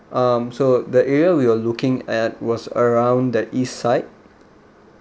um so the area we're looking at was around the east side